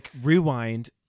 rewind